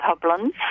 problems